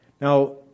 Now